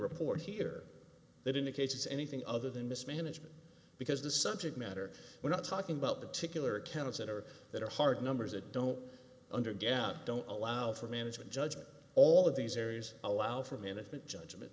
report here that indicates anything other than mismanagement because the subject matter we're not talking about the tickler accounts that are that are hard numbers that don't under gap don't allow for management judgment all of these areas allow for management judgment